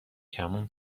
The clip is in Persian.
کمون